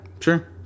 Sure